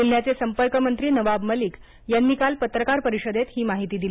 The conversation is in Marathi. जिल्ह्याचे संपर्कमंत्री नवाब मलिक यांनी काल पत्रकार परिषदेत ही माहिती दिली